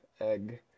egg